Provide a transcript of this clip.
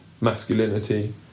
masculinity